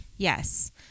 Yes